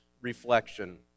reflection